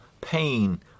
pain